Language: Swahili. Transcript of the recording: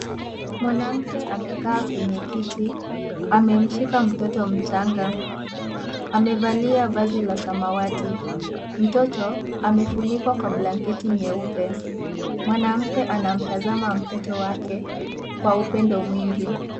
Mwanamke amekaa kwenye kiti amemshika mtoto mchanga amevalia vazi la samawati mtoto amefunikwa kwa blanketi nyeupe, mwanamke anamtazama mtoto wake kwa upendo mwingi.